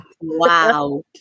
wow